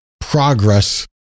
progress